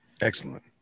excellent